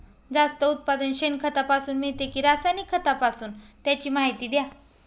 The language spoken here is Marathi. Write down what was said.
जास्त उत्पादन शेणखतापासून मिळते कि रासायनिक खतापासून? त्याची माहिती द्या